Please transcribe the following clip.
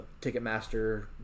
Ticketmaster